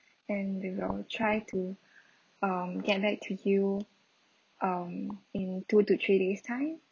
and we will try to um get back to you um in two to three days time